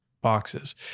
boxes